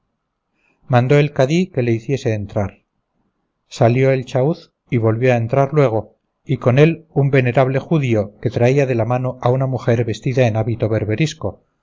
mandó el cadí que le hiciese entrar salió el chauz y volvió a entrar luego y con él un venerable judío que traía de la mano a una mujer vestida en hábito berberisco